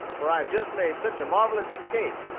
for i had just made such a marvellous escape,